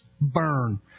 burn